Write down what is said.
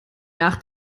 nach